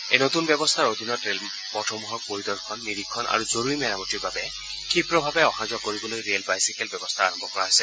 এই নতুন ব্যৱস্থাৰ অধীনত ৰে'লপথসমূহৰ পৰিদৰ্শন নিৰীক্ষণ আৰু জৰুৰী মেৰামতিৰ বাবে ক্ষিপ্ৰভাৱে অহা যোৱা কৰিবলৈ ৰেল বাইচাইকেল ব্যৱস্থা আৰম্ভ কৰা হৈছে